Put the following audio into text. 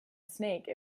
snake